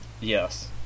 Yes